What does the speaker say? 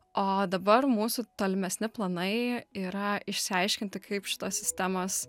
o dabar mūsų tolimesni planai yra išsiaiškinti kaip šitos sistemos